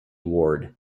ward